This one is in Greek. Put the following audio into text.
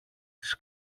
τις